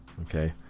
Okay